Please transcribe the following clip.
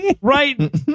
Right